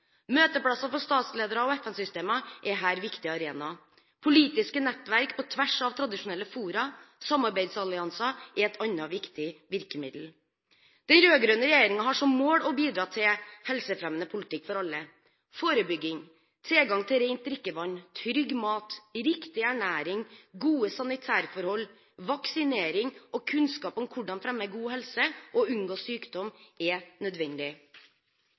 Møteplasser for statsledere og FN-systemer er viktige arenaer her. Politiske nettverk på tvers av tradisjonelle fora og samarbeidsallianser er et annet viktig virkemiddel. Den rød-grønne regjeringen har som mål å bidra til helsefremmende politikk for alle. Forebygging, tilgang til rent drikkevann, trygg mat, riktig ernæring, gode sanitærforhold, vaksinering og kunnskap om hvordan man fremmer god helse og unngår sykdom er nødvendig.